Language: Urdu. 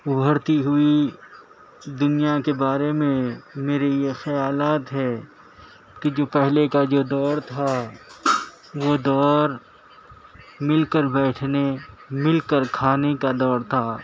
ابھرتی ہوئی دنیا کے بارے میں میرے یہ خیالات ہے کہ جو پہلے کا جو دور تھا وہ دور مل کر بیٹھنے مل کر کھانے کا دور تھا